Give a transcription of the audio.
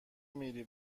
میری